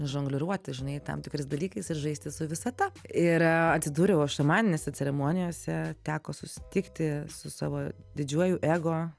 žongliruoti žinai tam tikrais dalykais ir žaisti su visata ir a atsidūriau aš šamaninėse ceremonijose teko susitikti su savo didžiuoju ego